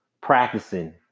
practicing